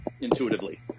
intuitively